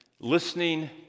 listening